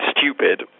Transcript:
stupid